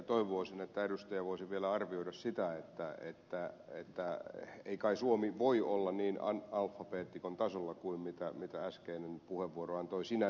toivoisin että edustaja voisi vielä arvioida sitä että ei kai suomi voi olla niin analfabeetikon tasolla kuin äskeinen puheenvuoro antoi sinänsä ymmärtää